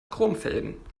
chromfelgen